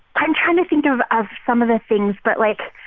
i'm trying to think of of some of the things. but, like,